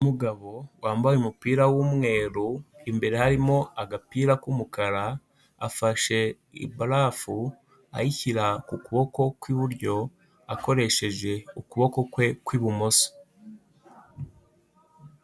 Umugabo wambaye umupira w'umweru, imbere harimo agapira k'umukara afashe barafu ayishyira ku kuboko kw'iburyo akoresheje ukuboko kwe kw'ibumoso.